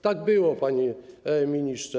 Tak było, panie ministrze.